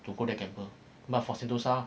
to go there gamble but for sentosa